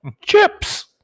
Chips